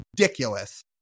ridiculous